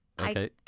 Okay